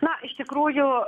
na iš tikrųjų